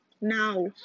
now